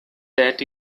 that